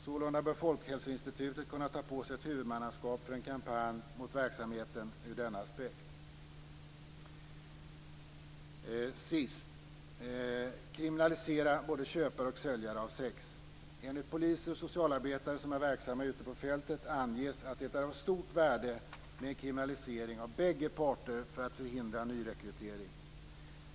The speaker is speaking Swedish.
Sålunda bör Folkhälsoinstitutet kunna ta på sig ett huvudmannaskap för en kampanj mot verksamheten ur den aspekten. 5. Kriminalisera både köpare och säljare av sex. Enligt poliser och socialarbetare som är verksamma ute på fältet är det av stort värde med en kriminalisering av bägge parter för att förhindra nyrekrytering.